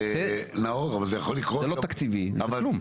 אין לו תקציבי וכלום.